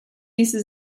ließe